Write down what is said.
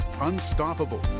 Unstoppable